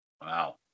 Wow